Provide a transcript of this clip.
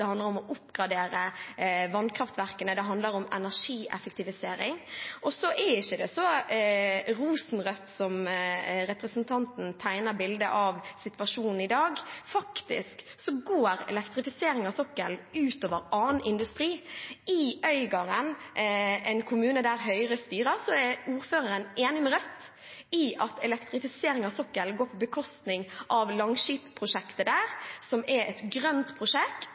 handler om å oppgradere vannkraftverkene, og det handler om energieffektivisering. Situasjonen i dag er ikke så rosenrød som representanten tegner bildet av. Elektrifisering av sokkelen går faktisk ut over annen industri. I Øygarden, en kommune der Høyre styrer, er ordføreren enig med Rødt i at elektrifisering av sokkelen går på bekostning av Langskip-prosjektet der, som er et grønt prosjekt,